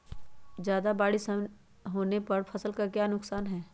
ज्यादा बारिस होने पर फसल का क्या नुकसान है?